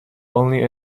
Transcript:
only